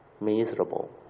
miserable